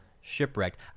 shipwrecked